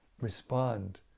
respond